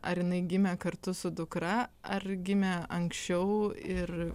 ar jinai gimė kartu su dukra ar gimė anksčiau ir